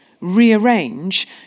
rearrange